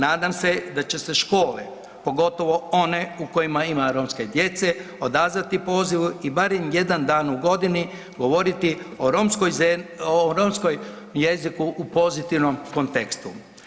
Nadam se da će se škole, pogotovo one u kojima ima romske djece, odazvati pozivu i barem jedan dan u godini govoriti o romskoj jeziku u pozitivnom kontekstu.